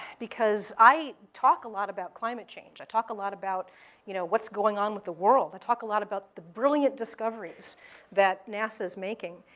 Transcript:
because i talk a lot about climate change. i talk a lot about you know what's going on with the world. i talk a lot about the brilliant discoveries that nasa is making.